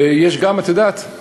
את יודעת,